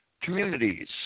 communities